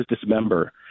dismember